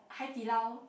Hai-Di-Lao